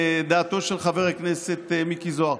לדעתו של חבר הכנסת מיקי זוהר,